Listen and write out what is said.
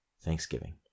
Thanksgiving